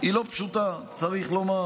היא לא פשוטה, צריך לומר.